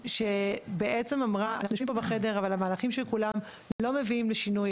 היא אמרה שאנחנו יושבים כאן בחדר אבל המהלכים של כולם לא מביאים לשינוי.